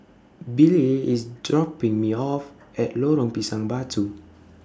Billye IS dropping Me off At Lorong Pisang Batu